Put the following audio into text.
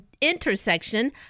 intersection